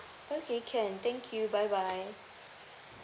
okay can thank you bye bye